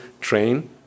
train